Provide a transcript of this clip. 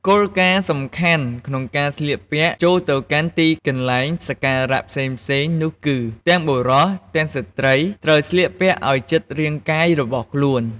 គោលគារណ៍សំខាន់ក្នុងការស្លៀកពាក់ចូលទៅកាន់ទីកន្លែងសក្ការៈផ្សេងៗនោះគឺ ទាំងបុរស ទាំងស្រ្តីត្រូវស្លៀកពាក់ឲ្យជិតរាងកាយរបស់ខ្លួន។